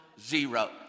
zero